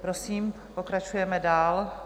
Prosím, pokračujeme dál.